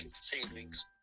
savings